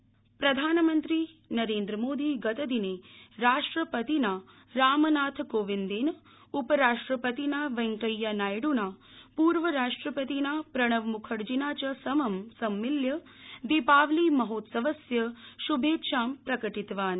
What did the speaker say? प्रधानमंत्री राष्ट्पतिः प्रधानमंत्री नरेन्द्रमोदी गतदिने राष्ट्रपतिना रामनाथकोविंदेन उपराष्ट्रपतिना वैंकैयानायड्ना पूर्वराष्ट्रपतिना प्रणवम्खर्जिना च समं सम्मिल्य दीपावलीमहोत्सवस्य श्भेच्छां प्रकटितवान्